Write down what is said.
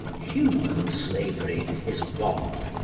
human slavery is wrong,